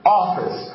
office